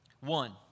One